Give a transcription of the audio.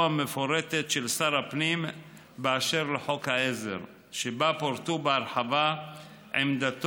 המפורטת של שר הפנים באשר לחוק העזר שבה פורטו בהרחבה עמדתו